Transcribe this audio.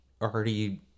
already